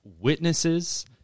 witnesses